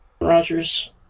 Rogers